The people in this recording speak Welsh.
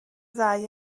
ddau